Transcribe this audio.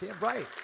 right